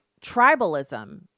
tribalism